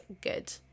good